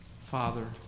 Father